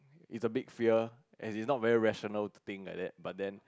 is a big fear as is not very rational to think like that but then